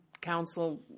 council